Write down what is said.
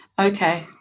Okay